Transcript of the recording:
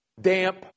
damp